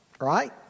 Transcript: right